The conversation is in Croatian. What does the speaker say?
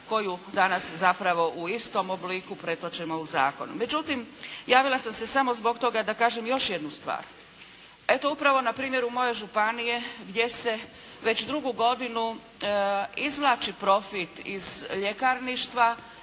koju danas zapravo u istom obliku pretačemo u zakon. Međutim, javila sam se samo zbog toga da kažem još jednu stvar. Eto upravo na primjeru moje županije gdje se već drugu godinu izvlači profit iz ljekarništva